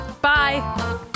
Bye